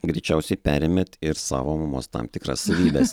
greičiausiai perėmėt ir savo mamos tam tikras savybes